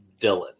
dylan